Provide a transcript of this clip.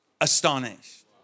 astonished